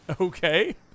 Okay